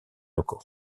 locaux